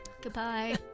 Goodbye